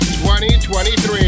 2023